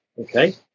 Okay